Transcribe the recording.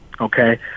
okay